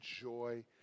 joy